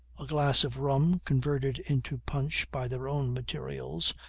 a glass of rum converted into punch by their own materials,